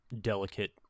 delicate